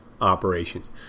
operations